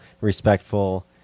respectful